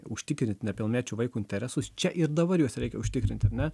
užtikrint nepilnamečio vaiko interesus čia ir dabar juos reikia užtikrinti ar ne